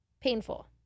Painful